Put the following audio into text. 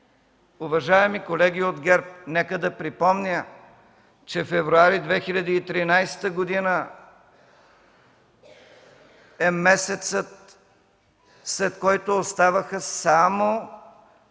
уважаеми колеги от ГЕРБ, нека да припомня, че февруари 2013 г. е месецът, след който оставаха само